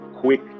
quick